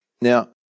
Now